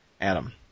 Adam